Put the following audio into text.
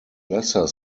lesser